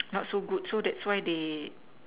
not so good so that's why they